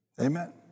Amen